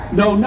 no